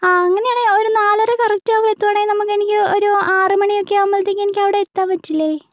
ആ അങ്ങനെയാണെങ്കിൽ ഒരു നാലര കറക്റ്റാകുമ്പോൾ എത്തുകയാണെങ്കിൽ നമുക്ക് ഒരു ആറ് മണിയൊക്കെ ആകുമ്പോഴത്തേക്കും എനിക്കവിടെ എത്താൻ പറ്റില്ലേ